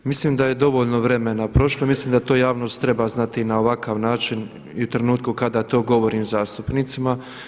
Mislim da je dovoljno vremena prošlo i mislim da to javnost treba znati i na ovakav način i u trenutku kada to govorim zastupnicima.